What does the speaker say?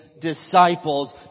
disciples